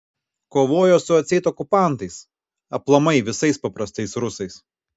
kovojo su atseit okupantais aplamai visais paprastais rusais